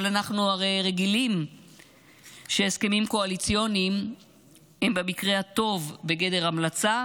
אבל אנחנו הרי רגילים שהסכמים קואליציוניים הם במקרה הטוב בגדר המלצה,